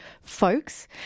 folks